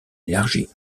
élargi